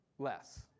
less